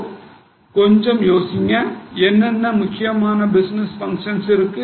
so கொஞ்சம் யோசிங்க என்னென்ன முக்கியமான பிசினஸ் பங்க்ஷன்ஸ் இருக்கு